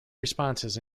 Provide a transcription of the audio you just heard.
responses